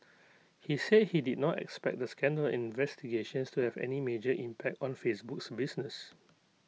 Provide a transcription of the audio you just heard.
he said he did not expect the scandal and investigations to have any major impact on Facebook's business